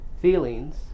feelings